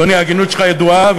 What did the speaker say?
אדוני, ההגינות שלך ידועה.